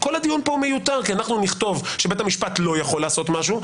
כל הדיון פה הוא מיותר כי אנחנו נכתוב שבית המשפט לא יכול לעשות משהו,